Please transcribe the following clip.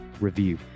review